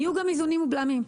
יהיו גם איזונים ובלמים.